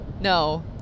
No